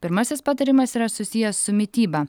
pirmasis patarimas yra susijęs su mityba